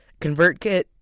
ConvertKit